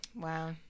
Wow